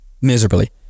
Miserably